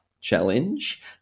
Challenge